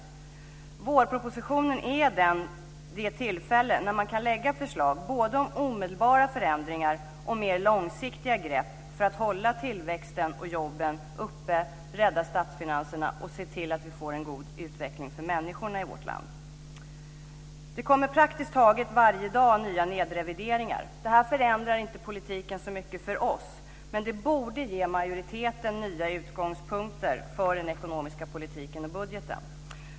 Presentationen av vårpropositionen är det tillfälle då man kan lägga fram förslag både om omedelbara förändringar och om mer långsiktiga grepp för att hålla tillväxten och jobben uppe, rädda statsfinanserna och se till att vi får en god utveckling för människorna i vårt land. Det kommer praktiskt taget varje dag nya nedrevideringar. Det förändrar inte politiken så mycket för oss, men det borde ge majoriteten nya utgångspunkter för den ekonomiska politiken och budgeten.